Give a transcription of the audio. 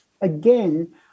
again